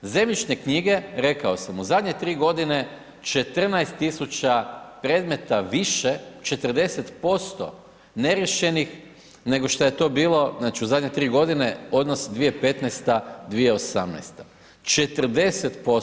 Zemljišne knjige, rekao sam, u zadnje 3 godine, 14 000 predmeta više, 40% neriješenih, nego šta je to bilo, znači, u zadnje 3 godine odnos 2015., 2018., 40%